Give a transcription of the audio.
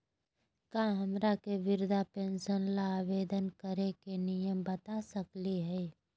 का हमरा के वृद्धा पेंसन ल आवेदन करे के नियम बता सकली हई?